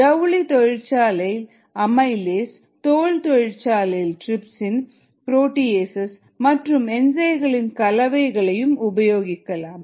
ஜவுளி தொழிற்சாலை அமைலேஸ் தோல் தொழிற்சாலை டிரிப்ஸ்இன் புரோடிஏசஸ் மற்றும் என்சைம்களின் கலவையை உபயோகிக்கலாம்